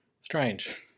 Strange